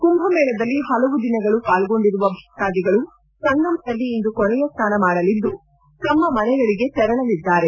ಕುಂಭಮೇಳದಲ್ಲಿ ಹಲವು ದಿನಗಳು ಪಾಲ್ಗೊಂಡಿರುವ ಭಕ್ತಾದಿಗಳು ಸಂಗಮದಲ್ಲಿ ಇಂದು ಕೊನೆಯ ಸ್ನಾನ ಮಾಡಲಿದ್ದು ತಮ್ಮ ಮನೆಗಳಿಗೆ ತೆರಳಲಿದ್ದಾರೆ